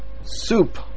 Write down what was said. soup